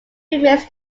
remains